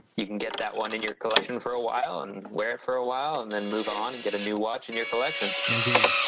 you can get that one in your collection for a while and wear it for a while, and then move on and get a new watch in your collection. mike indeed.